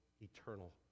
eternal